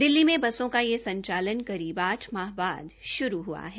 दिल्ली में बसों का यह संचालन करीब आठ माह बाद शुरू हुआ है